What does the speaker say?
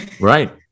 Right